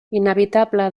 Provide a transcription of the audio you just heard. inevitable